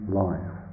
life